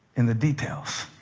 in the details.